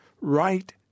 Right